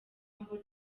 humble